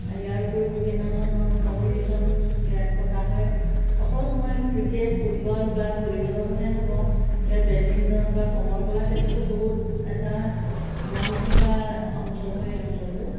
ইয়াৰ উপৰিও বিভিন্ন ধৰণৰ কম্পিটিশ্যন ইয়াত পতা হয় অকল মই ক্ৰিকেট ফুটবল বা ভলিবলৰ কথাই নকওঁ ইয়াত বেডমিণ্টন বা সমৰকলাৰ ক্ষেত্ৰতো বহুত এটা নাম থকা অঞ্চল হয় এই অঞ্চলটো